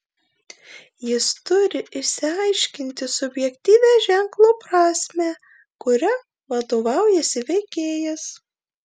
jis turi išsiaiškinti subjektyvią ženklo prasmę kuria vadovaujasi veikėjas